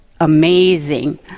amazing